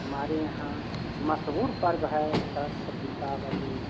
हमारे यहाँ मशहूर पर्व है छत्त दीपावली